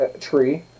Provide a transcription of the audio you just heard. tree